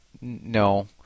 No